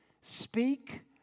Speak